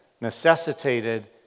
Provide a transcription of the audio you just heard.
necessitated